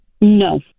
no